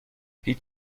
هیچ